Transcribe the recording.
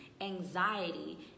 anxiety